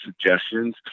suggestions